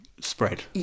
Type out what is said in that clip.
spread